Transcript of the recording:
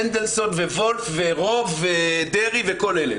מנדלסון וולף ורוב ודרעי וכל אלה.